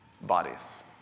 bodies